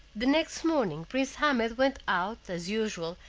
the next morning prince ahmed went out, as usual,